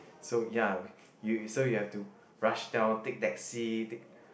so ya you so you have to rush down take taxi take